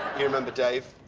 you remember dave?